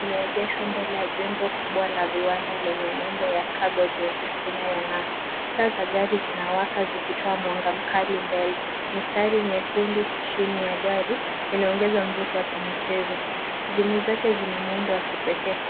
imeegeshwa mbele ya jengo kubwa la viwanda lenye nembo ya Cargojet inayong'aa. Taa za gari zinawaka zikitoa mwanga mkali mbele. Mistari miekundu chini ya gari inaongeza mvuto wa kimichezo. Hizimu zake zina muundo wa kipekee.